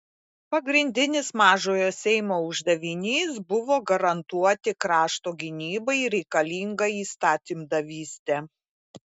pagrindinis mažojo seimo uždavinys buvo garantuoti krašto gynybai reikalingą įstatymdavystę